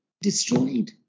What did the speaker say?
destroyed